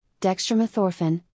dextromethorphan